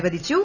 അനുവദിച്ചു